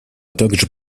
также